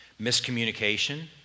miscommunication